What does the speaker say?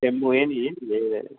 ಕೆಮ್ಮು ಏನು ಏನು ಏನಿದೆ